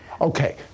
Okay